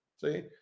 see